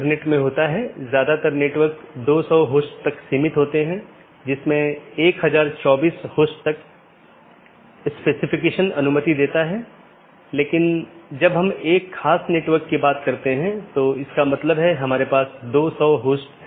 network layer की जानकारी क्या है इसमें नेटवर्क के सेट होते हैं जोकि एक टपल की लंबाई और उपसर्ग द्वारा दर्शाए जाते हैं जैसा कि 14 202 में 14 लम्बाई है और 202 उपसर्ग है और यह उदाहरण CIDR रूट है